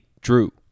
Drew